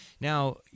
Now